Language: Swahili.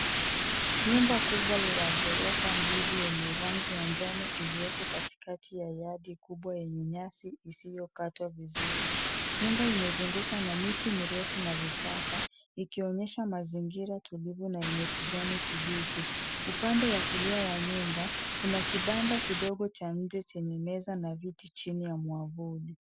Nyumba kubwa ya ghorofa mbili yenye rangi ya njano ilioko katikati ya yadi kubwa yenye nyasi isiyokatwa vizuri .Nyumba imezungukwa na miti mirefu na vichaka ikionyesha mazingira tulivu na yenye kijani kibichi. Upande wa kulia wa nyumba, kuna kibanda kidogo cha nje chenye meza na viti chini ya mwavuli.